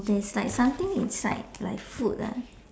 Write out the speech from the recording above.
there's like something inside like food ah